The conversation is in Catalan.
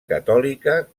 catòlica